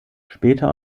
später